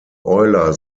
euler